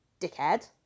dickhead